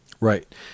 Right